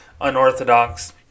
unorthodox